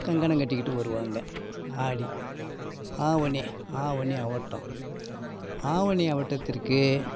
கங்கணம் கட்டிக்கிட்டு வருவாங்க ஆடி ஆவணி ஆவணி அவிட்டம் ஆவணி அவிட்டத்திற்கு